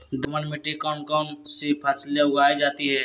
दोमट मिट्टी कौन कौन सी फसलें उगाई जाती है?